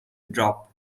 drop